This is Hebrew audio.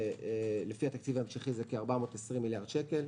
התקציב ההמשכי הן כ-420 מיליארד שקל.